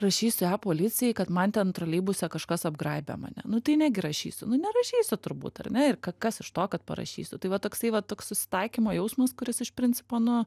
rašysiu e policijai kad man ten troleibuse kažkas apgraibė mane nu tai negi rašysiu nu nerašysiu turbūt ar ne ir ka kas iš to kad parašysiu tai va toksai va toks susitaikymo jausmas kuris iš principo nu